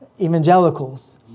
evangelicals